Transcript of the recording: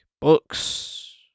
books